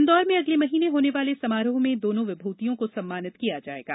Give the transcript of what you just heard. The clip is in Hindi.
इंदौर में अगले महीने होने वाले समारोह में दोनों विभूतियों को सम्मानित किया जाएगा